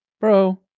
bro